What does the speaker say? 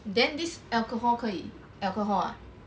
then this alcohol 可以 alcohol ah